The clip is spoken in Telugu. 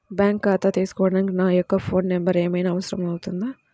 బ్యాంకు ఖాతా తీసుకోవడానికి నా యొక్క ఫోన్ నెంబర్ ఏమైనా అవసరం అవుతుందా?